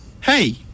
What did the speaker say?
hey